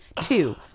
Two